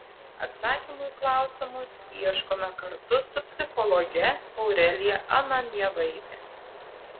atsakymų į klausimus ieškome kartu su psichologe aurelija ananjevaite